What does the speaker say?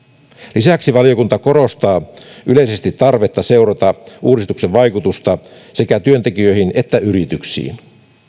lisäksi valiokunta korostaa yleisesti tarvetta seurata uudistuksen vaikutusta sekä työntekijöihin että yrityksiin